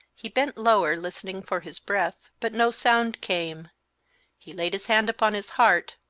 he bent lower, listening for his breath, but no sound came he laid his hand upon his heart,